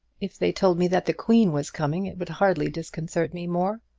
if they told me that the queen was coming it would hardly disconcert me more.